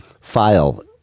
file